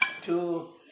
two